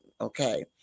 Okay